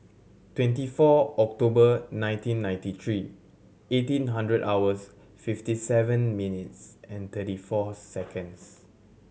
twenty four October nineteen ninety three eighteen hundred hours fifty seven minutes and thirty four seconds